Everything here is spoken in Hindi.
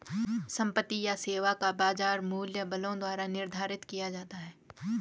संपत्ति या सेवा का बाजार मूल्य बलों द्वारा निर्धारित किया जाता है